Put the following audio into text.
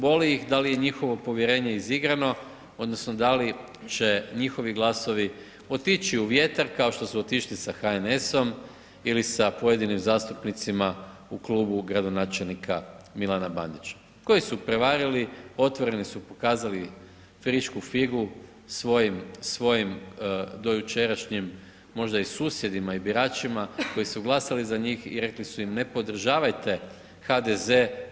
Boli ih da li je njihovo povjerenje izigrano odnosno da li će njihovi glasovi otići u vjetar kao što su otišli sa HNS-om ili sa pojedinim zastupnicima u klubu gradonačelnika Milana Bandića koji su prevarili, otvoreno su pokazali „frišku figu“ svojim dojučerašnjim možda i susjedima i biračima koji su glasali za njih i rekli su im ne podražavajte HDZ-e.